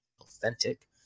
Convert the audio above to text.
authentic